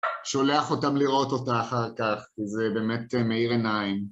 שולח אותם לראות אותה אחר כך, כי זה באמת מאיר עיניים.